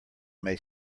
may